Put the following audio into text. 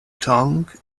tongue